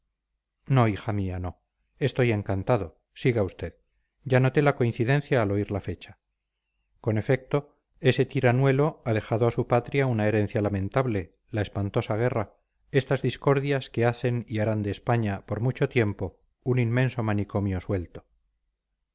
no hija mía no estoy encantado siga usted ya noté la coincidencia al oír la fecha con efecto ese tiranuelo ha dejado a su patria una herencia lamentable la espantosa guerra estas discordias que hacen y harán de españa por mucho tiempo un inmenso manicomio suelto